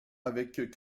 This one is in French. avec